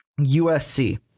USC